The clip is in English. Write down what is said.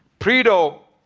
predaux,